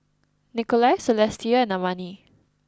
Nikolai Celestia and Amani